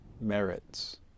merits